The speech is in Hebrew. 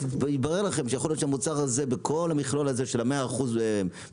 ויתברר לכם שיכול להיות שמוצר הזה בכל המכלול הזה של ה- 100%. בעולם